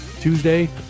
Tuesday